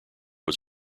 was